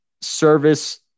service